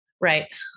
Right